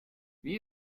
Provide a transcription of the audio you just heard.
wie